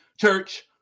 Church